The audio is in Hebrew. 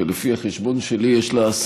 ולפי החשבון שלי יש לה,